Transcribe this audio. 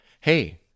hey